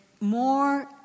More